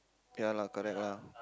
ya lah correct lah